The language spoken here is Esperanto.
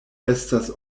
estas